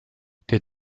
der